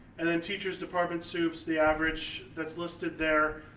and then teachers, department sups, the average, that's listed there.